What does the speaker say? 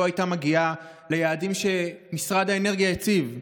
הייתה מגיעה ליעדים שמשרד האנרגיה הציב.